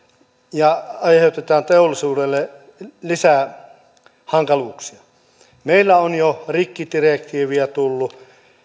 ja aiheutamme teollisuudelle lisää hankaluuksia meille on jo rikkidirektiivi tullut